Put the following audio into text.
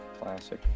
Classic